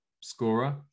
scorer